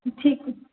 सुठी